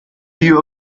few